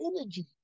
energy